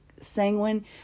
sanguine